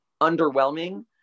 underwhelming